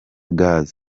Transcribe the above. gaz